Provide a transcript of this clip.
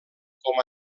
com